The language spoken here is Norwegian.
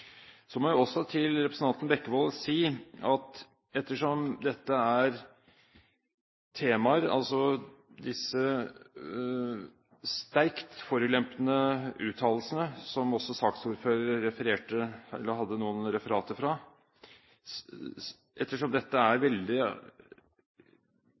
Så må jeg også til representanten Bekkevold si at dette er sterkt forulempende uttalelser, som også saksordføreren hadde noen referater fra, og ettersom dette er